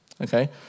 okay